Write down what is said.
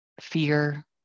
fear